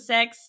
Sex